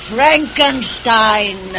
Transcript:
Frankenstein